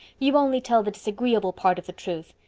you only tell the disagreeable part of the truth.